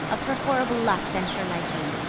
of her horrible lust and her liking.